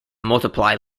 multiply